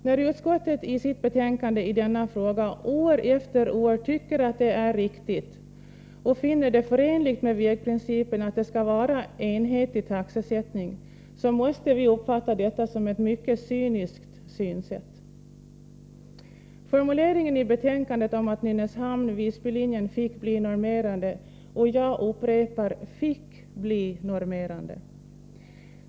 När utskottet i denna fråga år efter år tycker att det är riktigt med enhetlig taxesättning och finner den förenlig med vägprincipen måste vi uppfatta detta som ett mycket cyniskt synsätt. I betänkandet formulerar man det så, att Nynäshamn-Visby-linjen fick bli normerande — jag upprepar: fick bli normerande.